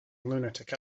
lunatic